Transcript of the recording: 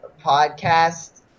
podcast